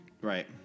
Right